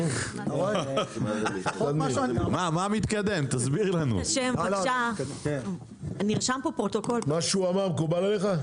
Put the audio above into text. מה שהוא אמר מקובל עליך?